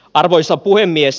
arvoisa puhemies